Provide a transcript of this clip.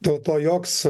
dėl to joks